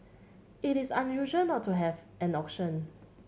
it is unusual not to have an auction